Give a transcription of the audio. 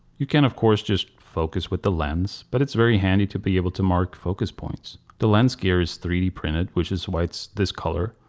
you can of course just focus with the lens but it's very handy to be able to mark focus points. the lens gear is three d printed which is why it's this color.